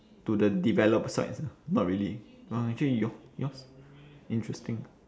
to the developed sites ah not really uh actually your yours interesting